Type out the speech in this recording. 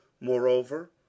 Moreover